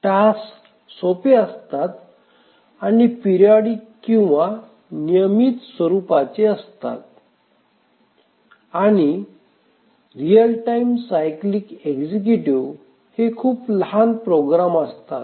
task सोपे असतात आणि पिरिऑडिक किंवा नियमित स्वरूपाचे असतात आणि रिअल टाइम सायकलिक एक्झिक्यूटिव्ह हे खूप लहान प्रोग्राम असतात